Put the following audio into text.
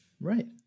Right